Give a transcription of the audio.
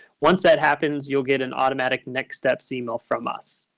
once that happens you'll get an automatic next steps email from us?